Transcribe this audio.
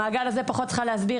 במעגל הזה,